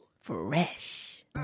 Fresh